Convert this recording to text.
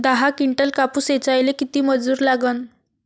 दहा किंटल कापूस ऐचायले किती मजूरी लागन?